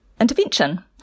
intervention